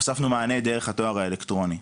הוספנו מענה דרך הדואר האלקטרוני.